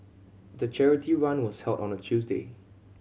the charity run was held on a Tuesday